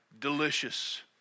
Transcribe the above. Delicious